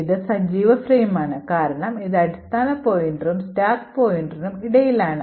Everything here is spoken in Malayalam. ഇത് സജീവ ഫ്രെയിമാണ് കാരണം ഇത് അടിസ്ഥാന പോയിന്ററിനും സ്റ്റാക്ക് പോയിന്ററിനും ഇടയിലാണ്